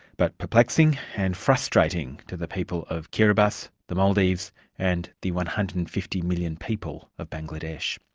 but perplexing and frustrating to the people of kiribati, the maldives and the one hundred and fifty million people of bangladesh.